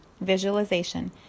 visualization